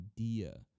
idea